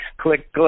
click